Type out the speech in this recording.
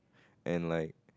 and like